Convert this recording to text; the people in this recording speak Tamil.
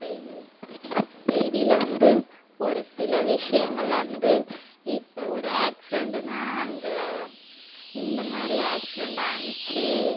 செய்தி செய்தியில் வந்து ஒரு சில விஷியங்களை வந்து இப்போ ஒரு ஆக்சிரெண்ட்டுன்னா அங்கே இந்த மாதிரி ஆக்சிரெண்ட் ஆணுச்சி